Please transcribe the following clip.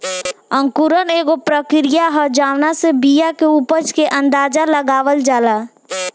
अंकुरण एगो प्रक्रिया ह जावना से बिया के उपज के अंदाज़ा लगावल जाला